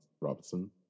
Robinson